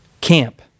camp